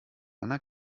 einer